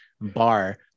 bar